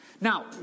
Now